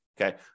Okay